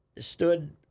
stood